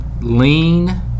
lean